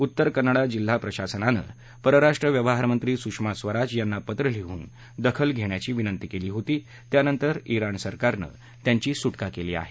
उत्तर कन्नडा जिल्हा प्रशासनानं परराष्ट्र व्यवहारमंत्री सुषमा स्वराज यांना पत्र लिहून दखल घेण्याची विनंती केली होती त्यानंतर रिाण सरकारनं त्यांची सु किंग केली आहे